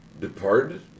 Departed